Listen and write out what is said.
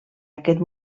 aquest